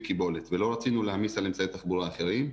קיבולת ולא רצינו להעמיס על אמצעי תחבורה אחרים,